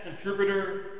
contributor